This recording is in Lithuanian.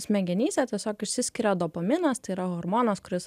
smegenyse tiesiog išsiskiria dopaminas tai yra hormonas kuris